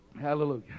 Hallelujah